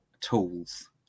tools